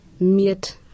Miet